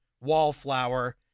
wallflower